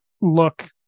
look